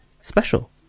special